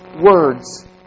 words